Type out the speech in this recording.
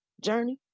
journey